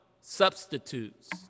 substitutes